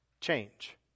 change